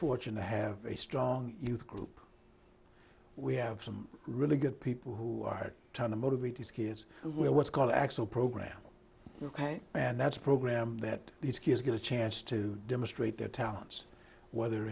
fortune to have a strong youth group we have some really good people who are trying to motivate these kids who are what's called the actual program ok and that's a program that these kids get a chance to demonstrate their talents whether